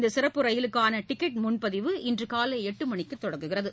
இந்த சிறப்பு ரயிலுக்கான டிக்கெட் முன்பதிவு இன்று காலை எட்டு மணிக்கு தொடங்குகிறது